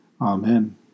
Amen